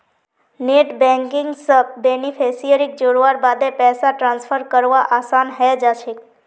net banking स बेनिफिशियरीक जोड़वार बादे पैसा ट्रांसफर करवा असान है जाछेक